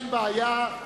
אין בעיה,